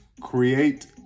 create